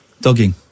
Dogging